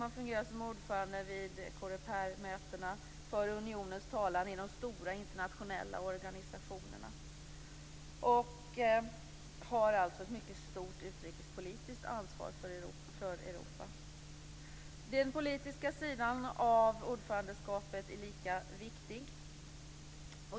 Man fungerar också som ordförande vid Corepermötena och för unionens talan i de stora internationella organisationerna och har alltså ett mycket stort utrikespolitiskt ansvar för Europa. Den politiska sidan av ordförandeskapet är lika viktig.